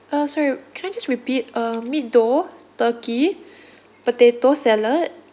uh sorry can I just repeat uh meat dough turkey potato salad